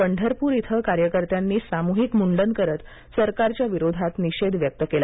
पंढरप्र इथं कार्यकर्त्यानी सामूहिक मुंडन करत सरकारच्या विरोधात निषेध व्यक्त केला